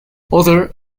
other